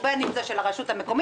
בין אם של הרשות המקומית,